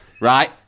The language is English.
right